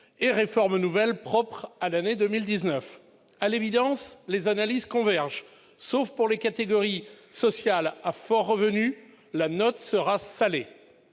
-et réformes nouvelles propres à l'année 2019. À l'évidence, les analyses convergent : sauf pour les catégories sociales à fort revenu, la note sera salée